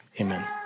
Amen